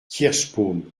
kirschbaum